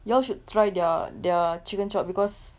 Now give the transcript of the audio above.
you all should try thei~ their chicken chop because